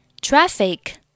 Traffic